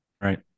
right